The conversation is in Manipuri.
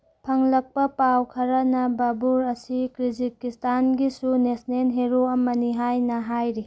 ꯐꯪꯂꯛꯄ ꯄꯥꯎ ꯈꯔꯅ ꯕꯥꯕꯨꯔ ꯑꯁꯤ ꯀ꯭ꯔꯤꯖꯤꯛꯀꯤꯁꯇꯥꯟꯒꯤꯁꯨ ꯅꯦꯁꯅꯦꯟ ꯍꯦꯔꯣ ꯑꯃꯅꯤ ꯍꯥꯏꯅ ꯍꯥꯏꯔꯤ